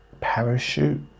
parachute